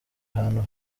ahantu